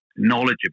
knowledgeable